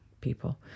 people